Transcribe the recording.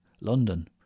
London